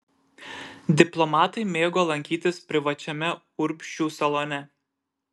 diplomatai mėgo lankytis privačiame urbšių salone